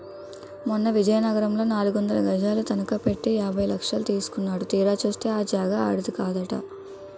మొన్న విజయనగరంలో నాలుగొందలు గజాలు తనఖ పెట్టి యాభై లక్షలు తీసుకున్నాడు తీరా చూస్తే ఆ జాగా ఆడిది కాదట